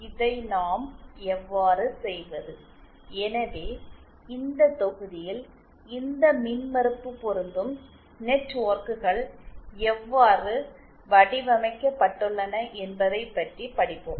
இதை நாம் எவ்வாறு செய்வது எனவே இந்த தொகுதியில் இந்த மின்மறுப்பு பொருந்தும் நெட்வொர்க்குகள் எவ்வாறு வடிவமைக்கப்பட்டுள்ளன என்பதைப் பற்றி படிப்போம்